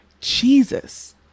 Jesus